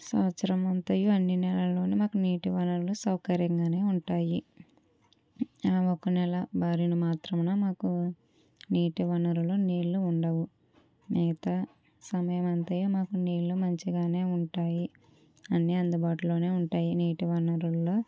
సంవత్సరం అంతయు అన్ని నెలల్లోను మాకు నీటి వానలు సౌకర్యంగానే ఉంటాయి ఆ ఒక నెల బారిన మాత్రమున మాకు నీటి వనరులు నీళ్లు ఉండవు మిగతా సమయం అంతయు మాకు నీళ్లు మంచిగానే ఉంటాయి అన్ని అందుబాటులోనే ఉంటాయి నీటి వనరుల్లో